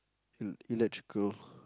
el~ electrical